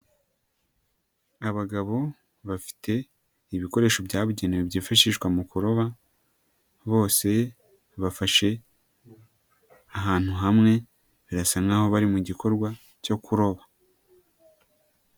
Abagabo bafite ibikoresho byabugenewe byifashishwa mu kuroba, bose bafashe ahantu hamwe, birasa nk'aho bari mu gikorwa cyo kuroba.